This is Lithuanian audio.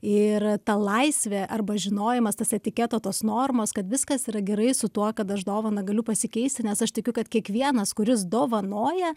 ir ta laisvė arba žinojimas tas etiketo tos normos kad viskas yra gerai su tuo kad aš dovaną galiu pasikeisti nes aš tikiu kad kiekvienas kuris dovanoja